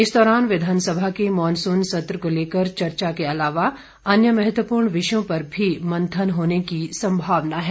इस दौरान विधानसभा के मॉनसून सत्र को लेकर चर्चा के अलावा अन्य महत्वपूर्ण विषयों पर भी मंथन होने की संभावना है